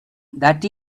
that